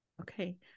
Okay